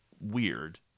weird